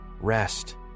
rest